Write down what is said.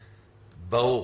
ברור.